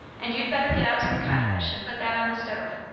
and you'd better get out some codfish and put that on the stove.